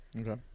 Okay